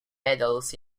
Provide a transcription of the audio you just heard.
medals